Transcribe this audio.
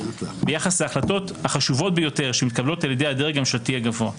ביחס להחלטות החשובות ביותר שמתקבלות על-ידי הדרג הממשלתי הגבוה ביותר.